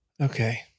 Okay